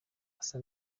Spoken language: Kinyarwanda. asa